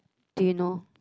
do you know